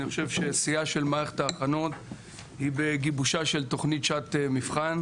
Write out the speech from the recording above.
אני חושב ששיאה של מערכת ההכנות היא בגיבושה של תוכנית "שעת מבחן"